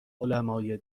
علمای